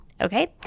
Okay